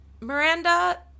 Miranda